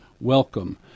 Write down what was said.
welcome